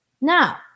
Now